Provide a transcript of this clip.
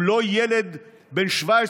הוא לא ילד בן 17,